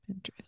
Pinterest